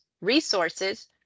resources